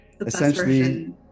essentially-